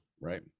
right